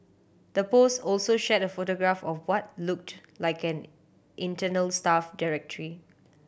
the post also shared a photograph of what looked like an internal staff directory